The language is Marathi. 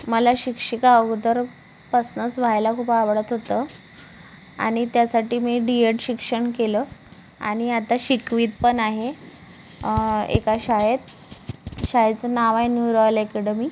मला शिक्षिका अगोदरपासूनच व्हायला खूप आवडत होतं आणि त्यासाठी मी डी एड शिक्षण केलं आणि आता शिकवित पण आहे एका शाळेत शाळेचं नाव आहे न्यू रॉयल अॅकडमी